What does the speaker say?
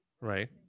Right